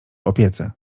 opiece